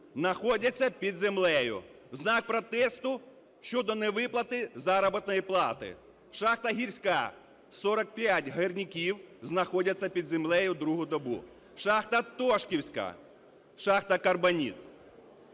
знаходяться під землею в знак протесту щодо невиплати заробітної плати. Шахта "Гірська": 45 гірників знаходяться під землею другу добу. Шахта "Тошківська", шахта "Карбоніт".